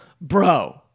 Bro